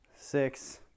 six